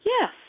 Yes